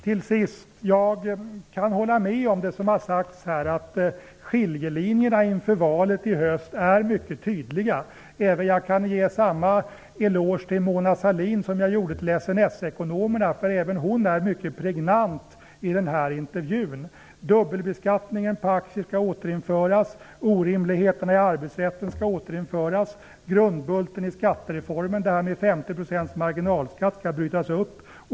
Till sist kan jag hålla med om det som här har sagts om att skiljelinjerna inför valet i höst är mycket tydliga. Jag kan ge samma eloge till Mona Sahlin som jag gjorde till SNS-ekonomerna. Även hon är mycket pregnant i intervjun. Dubbelbeskattningen på aktier skall återinföras. Orimligheterna i arbetsrätten skall återinföras. Grundbulten i skattereformen -- där har ni 50 % marginalskatt -- skall brytas upp.